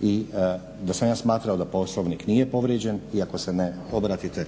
i da sam ja smatrao da Poslovnik nije povrijeđen i ako se ne obratite